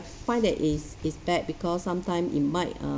find that it it's bad because sometime it might uh